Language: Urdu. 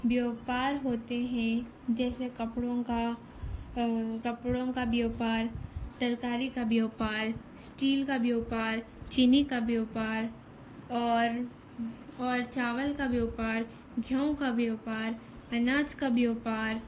بیوپار ہوتے ہیں جیسے کپڑوں کا کپڑوں کا بیوپار ترکاری کا بیوپار اسٹیل کا بیوپار چینی کا بیوپار اور اور چاول کا بیوپار گیہوں کا بیوپار اناج کا بیوپار